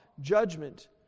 judgment